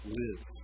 live